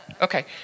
Okay